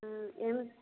ହଁ ଏମିତି